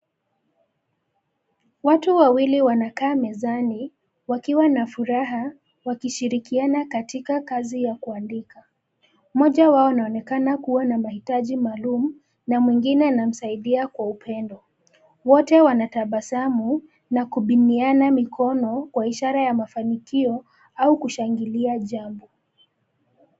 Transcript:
Watu wawili wanakaa mezani wakiwa na furaha wakishirikiana katika kazi ya kuandika. Mmoja wao anaonekana kua na mahitaji maalum na mwingine anamsaidia kwa upendo. Wote wanatabasamu na kumbiniana mkono kwa ishara ya mafanikio au kushangilia jambo.